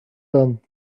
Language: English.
done